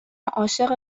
عاشق